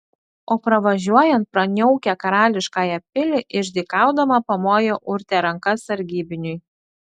o pravažiuojant pro niaukią karališkąją pilį išdykaudama pamojo urtė ranka sargybiniui